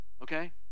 Okay